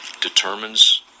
determines